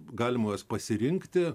galima juos pasirinkti